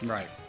Right